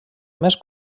més